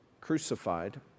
crucified